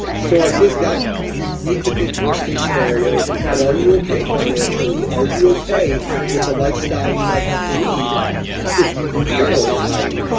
so i think that you need to think worst case scenario and are you okay financially? are you okay with the lifestyle you might have to lead if you do fail entirely?